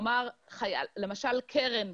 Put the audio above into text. למשל, קרן,